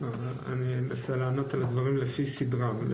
אני אנסה לענות על הדברים לפי סדרם.